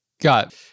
Got